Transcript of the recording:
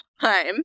time